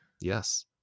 Yes